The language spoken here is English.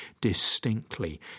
distinctly